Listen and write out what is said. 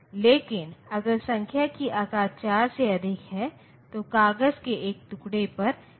2's complement रिप्रजेंटेशनमें1'sकॉम्प्लीमेंटरिप्रजेंटेशन को प्राप्त करने के बाद हम इसमें 1 जोड़ते हैं